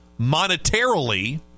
monetarily